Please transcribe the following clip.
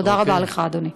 תודה רבה לך, אדוני.